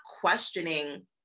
questioning